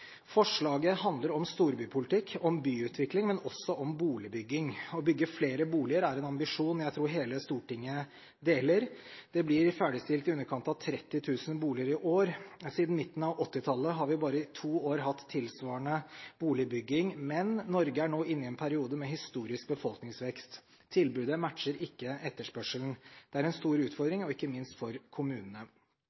Forslaget handler om storbypolitikk, om byutvikling, men også om boligbygging. Å bygge flere boliger er en ambisjon jeg tror hele Stortinget deler. Det blir ferdigstilt i underkant av 30 000 boliger i år. Siden midten av 1980-tallet har vi bare i to år hatt tilsvarende boligbygging. Men Norge er nå inne i en periode med historisk befolkningsvekst. Tilbudet matcher ikke etterspørselen. Det er en stor